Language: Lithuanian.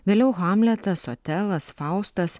vėliau hamletas otelas faustas